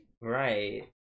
Right